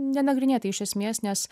nenagrinėta iš esmės nes